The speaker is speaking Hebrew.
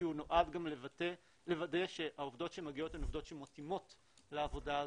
כי הוא נועד גם לוודא שהעובדות שמגיעות הן עובדות שמתאימות לעבודה הזאת,